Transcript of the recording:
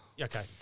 Okay